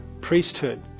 priesthood